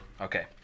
Okay